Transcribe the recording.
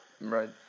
Right